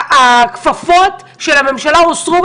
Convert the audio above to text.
הכפפות של הממשלה הוסרו,